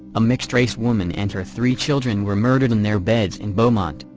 a mixed-race woman and her three children were murdered in their beds in beaumont,